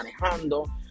manejando